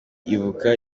ibuka